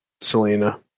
Selena